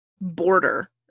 border